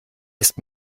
ist